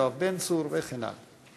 יואב בן צור וכן הלאה.